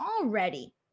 already